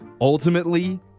Ultimately